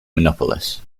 minneapolis